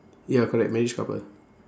ya correct marriage couple